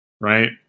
right